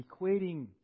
equating